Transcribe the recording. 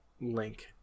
Link